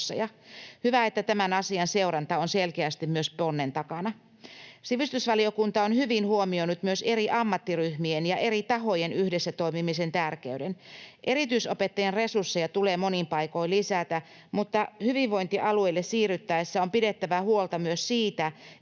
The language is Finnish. Hyvä, että tämän asian seuranta on selkeästi myös ponnen takana. Sivistysvaliokunta on hyvin huomioinut myös eri ammattiryhmien ja eri tahojen yhdessä toimimisen tärkeyden. Erityisopettajien resursseja tulee monin paikoin lisätä, mutta hyvinvointialueille siirryttäessä on pidettävä huolta myös siitä, että